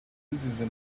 this